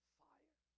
fire